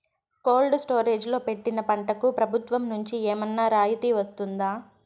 Cold storage లో పెట్టిన పంటకు ప్రభుత్వం నుంచి ఏమన్నా రాయితీ వస్తుందా?